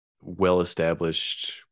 well-established